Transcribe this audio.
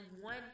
one